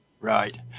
Right